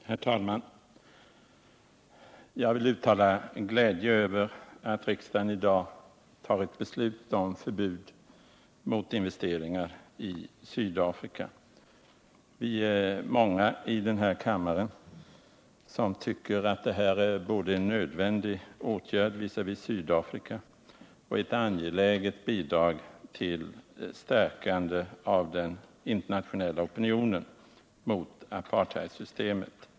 Herr talman! Jag vill uttala en glädje över att riksdagen i dag tar ett beslut om förbud mot investeringar i Sydafrika. Vi är många i denna kammare som tycker att detta är både en nödvändig åtgärd visavi Sydafrika och ett angeläget bidrag till stärkandet av den internationella opinionen mot apartheidsystemet.